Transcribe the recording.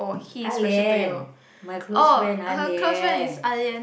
Ah-Lian my close friend Ah-Lian